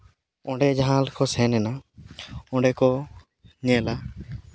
ᱚᱸᱰᱮ ᱡᱟᱦᱟᱸ ᱠᱚ ᱥᱮᱱ ᱮᱱᱟ ᱚᱸᱰᱮᱠᱚ ᱧᱮᱞᱟ